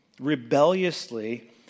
rebelliously